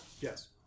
Yes